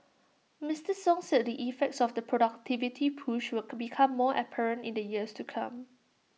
Mister song said the effects of the productivity push will become more apparent in the years to come